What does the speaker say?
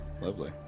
lovely